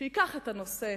שייקח את הנושא,